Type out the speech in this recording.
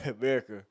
America